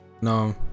No